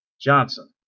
Johnson